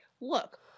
look